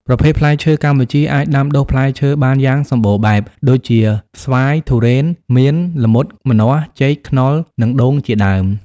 ប្រភេទផ្លែឈើ កម្ពុជាអាចដាំដុះផ្លែឈើបានយ៉ាងសម្បូរបែប ដូចជា ស្វាយ ធូរ៉េន មៀន ល្មុត ម្នាស់ ចេក ខ្នុរ និង ដូង ជាដើម។